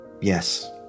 yes